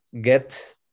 get